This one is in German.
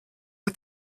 der